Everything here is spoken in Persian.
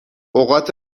اوقات